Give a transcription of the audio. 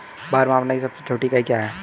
भार मापने की सबसे छोटी इकाई क्या है?